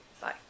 Bye